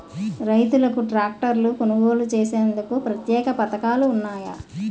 రైతులకు ట్రాక్టర్లు కొనుగోలు చేసేందుకు ప్రత్యేక పథకాలు ఉన్నాయా?